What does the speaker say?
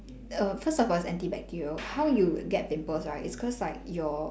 err first of all it's anti bacterial how you get pimples right it's cause like your